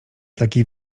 takiej